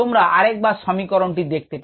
তোমরা আর একবার সমীকরণ কে দেখতে পার